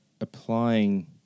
applying